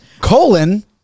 Colon